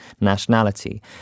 nationality